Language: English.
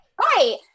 Right